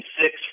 six